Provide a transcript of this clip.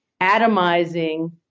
atomizing